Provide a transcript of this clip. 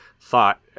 thought